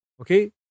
okay